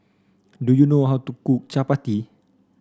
do you know how to cook Chapati